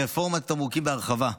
רפורמת התמרוקים, בהרחבה: